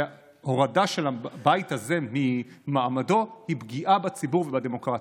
והורדה של הבית הזה ממעמדו היא פגיעה בציבור ובדמוקרטיה.